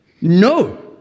No